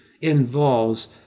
involves